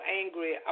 angry